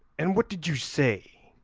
and what did you say.